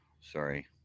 Sorry